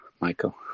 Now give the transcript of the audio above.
Michael